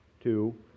Two